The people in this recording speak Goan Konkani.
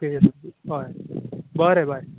ओके येस बरें बाय